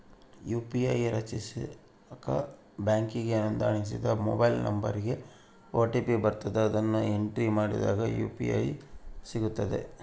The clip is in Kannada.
ಯು.ಪಿ.ಐ ರಚಿಸಾಕ ಬ್ಯಾಂಕಿಗೆ ನೋಂದಣಿಸಿದ ಮೊಬೈಲ್ ನಂಬರಿಗೆ ಓ.ಟಿ.ಪಿ ಬರ್ತತೆ, ಅದುನ್ನ ಎಂಟ್ರಿ ಮಾಡಿದಾಗ ಯು.ಪಿ.ಐ ಸಿಗ್ತತೆ